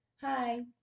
hi